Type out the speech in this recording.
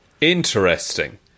Interesting